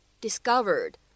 discovered